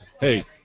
Hey